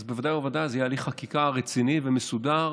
אז בוודאי ובוודאי יהיה הליך חקיקה רציני ומסודר.